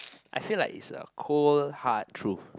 I feel like it's a cold hard truth